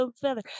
feather